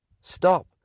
Stop